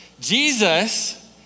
Jesus